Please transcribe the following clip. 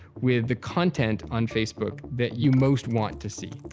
with the content on facebook that you most want to see.